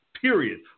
Period